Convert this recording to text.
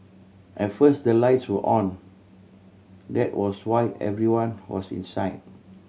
at first the lights were on that was why everyone was inside